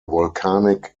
volcanic